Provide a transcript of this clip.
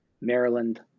Maryland